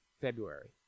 February